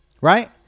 Right